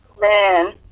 Man